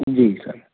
जी sir